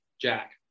jack